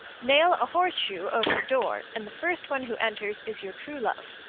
nail a horseshoe over the door, and the first one who enters is your true love.